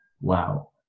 wow